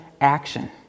action